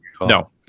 No